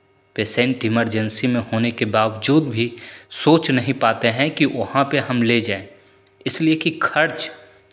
patient emergency में होने के बावज़ूद भी सोच नहीं पाते हैं कि वहाँ पे हम ले जाएँ इसलिए कि खर्च